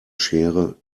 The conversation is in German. schere